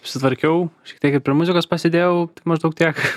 apsitvarkiau šiek tiek ir prie muzikos pasėdėjau maždaug tiek